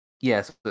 Yes